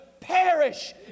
perish